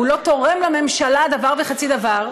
הוא לא תורם לממשלה דבר וחצי דבר.